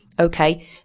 okay